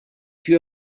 più